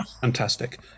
Fantastic